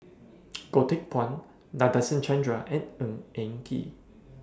Goh Teck Phuan Nadasen Chandra and Ng Eng Kee